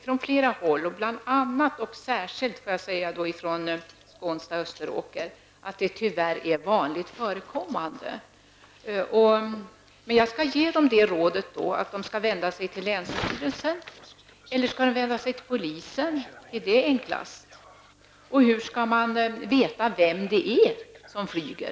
Från flera håll, och särskilt från Skånsta i Österåker, sägs det att detta tyvärr är vanligt förekommande. Men skall jag ge de människor som blir störda rådet att vända sig till länsstyrelsen. Eller är det kanske enklast att de vänder sig till polisen? Och hur skall de veta vem det är som flyger?